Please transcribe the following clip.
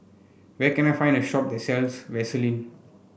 where can I find the shop that sells Vaselin